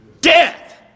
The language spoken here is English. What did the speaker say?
Death